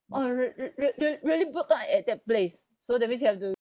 orh real~ real~ real~ real~ really broke down at that place so that means you have to